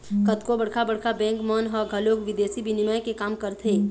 कतको बड़का बड़का बेंक मन ह घलोक बिदेसी बिनिमय के काम करथे